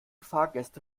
fahrgäste